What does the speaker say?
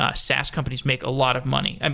ah saas companies make a lot of money.